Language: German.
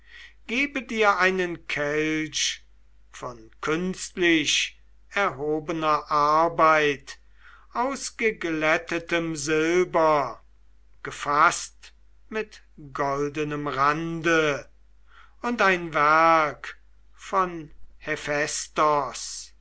dir einen kelch von künstlich erhobener arbeit aus geläutertem silber gefaßt mit goldenem rande und ein werk von